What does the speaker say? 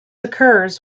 occurs